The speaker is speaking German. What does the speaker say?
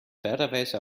fairerweise